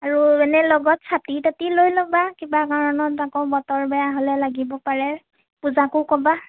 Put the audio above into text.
আৰু এনে লগত ছাতি তাতি লৈ ল'বা কিবা কাৰণত আকৌ বতৰ বেয়া হ'লে লাগিব পাৰে পূজাকো ক'বা